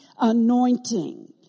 anointing